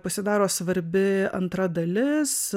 pasidaro svarbi antra dalis